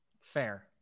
Fair